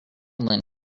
island